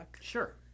Sure